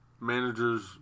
managers